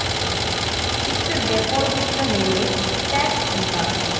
fixed deposit ನ ಮೇಲೆ tax ಉಂಟಾ